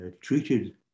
treated